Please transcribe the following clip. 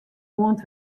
oant